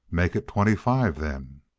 make it twenty-five, then.